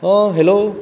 आं हॅलो